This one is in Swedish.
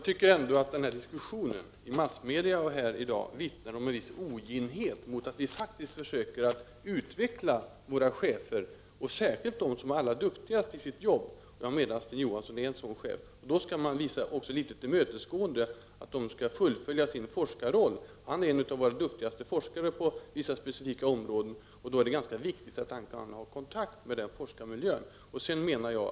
Herr talman! Diskussionen i massmedia och här i dag vittnar om en viss oginhet mot att vi försöker utveckla våra chefer och särskilt dem som är allra duktigast i sitt jobb. Den nuvarande chefen för SCB är en sådan chef, och man bör kunna visa sig tillmötesgående när han vill fullfölja sin forskarroll. 61 Han är en av våra duktigaste forskare på specifika områden, och det är viktigt att han har kontakt med forskarmiljön.